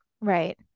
Right